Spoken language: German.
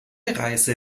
reise